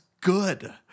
good